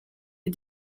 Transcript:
est